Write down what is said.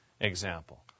example